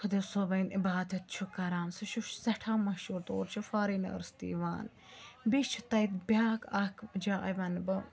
خۄدا صٲبٕنۍ عبادت چھِ کَران سُہ چھُ سٮ۪ٹھاہ مشہوٗر تور چھِ فارینٲرٕس تہِ یِوان بیٚیہِ چھِ تَتہِ بیٛاکھ اَکھ جاے وَنہٕ بہٕ